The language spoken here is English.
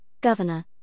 governor